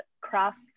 craft